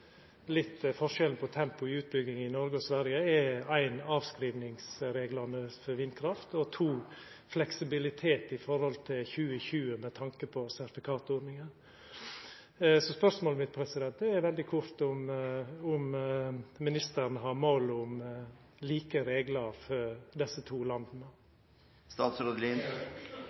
forskjellen på tempoet i utbygging i Noreg og Sverige, er for det første avskrivingsreglane for vindkraft og for det andre fleksibilitet fram mot 2020 med tanke på sertifikatordninga. Spørsmålet mitt er veldig kort om ministeren har mål om like reglar for desse to landa.